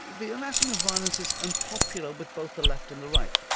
the anatomy of violence is unpopular with both the left and the right.